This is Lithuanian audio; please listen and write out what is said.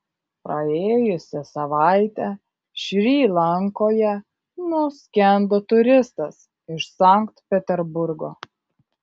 praėjusią savaitę šri lankoje nuskendo turistas iš sankt peterburgo